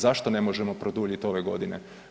Zašto ne možemo produljit ove godine?